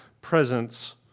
presence